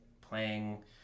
playing